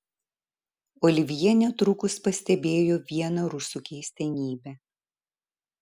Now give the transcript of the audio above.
olivjė netrukus pastebėjo vieną rusų keistenybę